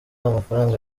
amafaranga